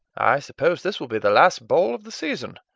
i suppose this will be the last ball of the season?